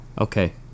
Okay